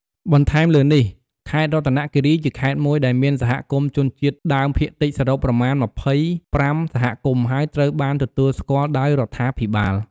បន្ថែមលើនេះ ខេត្តរតនគិរីជាខេត្តមួយដែលមានសហគមន៍ជនជាតិដើមភាគតិចសរុបប្រមាណ ម្ភៃប្រាំ សហគមន៍ហើយត្រូវបានទទួលស្គាល់ដោយរដ្ឋាភិបាល។